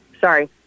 Sorry